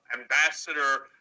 ambassador